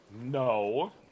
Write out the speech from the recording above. No